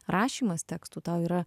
rašymas tekstų tau yra